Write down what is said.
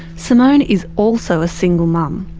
simone is also a single mum.